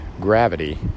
gravity